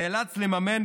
נאלץ לממן,